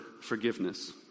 forgiveness